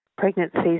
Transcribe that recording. pregnancies